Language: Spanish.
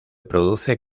producen